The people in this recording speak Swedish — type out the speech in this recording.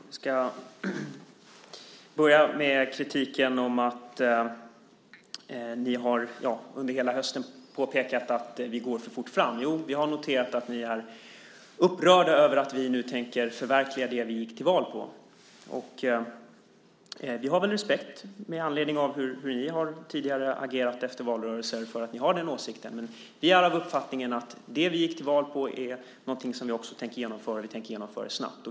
Herr talman! Jag ska börja med den kritik som har att göra med att ni under hela hösten har påpekat att vi går för fort fram. Vi har noterat att ni är upprörda över att vi nu tänker förverkliga det vi gick till val på. Vi har respekt för att ni har den åsikten, med anledning av hur ni tidigare har agerat efter valrörelser. Men vi är av uppfattningen att det vi gick till val på också är något vi ska genomföra, och vi tänker genomföra det snabbt.